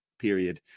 period